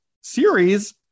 series